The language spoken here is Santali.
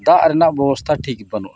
ᱫᱟᱜ ᱨᱮᱱᱟᱜ ᱵᱮᱵᱚᱥᱛᱷᱟ ᱴᱷᱤᱠ ᱵᱟᱹᱱᱩᱜ ᱟᱱᱟ